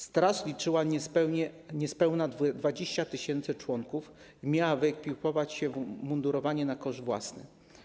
Straż liczyła niespełna 20 tys. członków i miała wyekwipować się w umundurowanie na koszt własny.